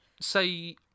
say